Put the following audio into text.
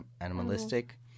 animalistic